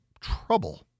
trouble